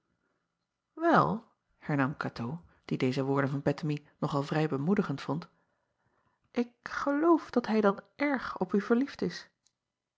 el hernam atoo die deze woorden van ettemie nog al vrij bemoedigend vond ik geloof dat hij dan erg op u verliefd is